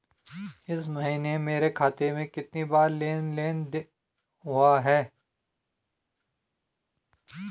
इस महीने मेरे खाते में कितनी बार लेन लेन देन हुआ है?